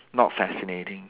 not fascinating